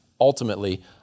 ultimately